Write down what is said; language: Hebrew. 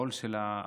העול של העבודה,